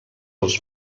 els